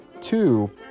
two